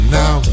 now